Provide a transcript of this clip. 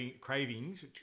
cravings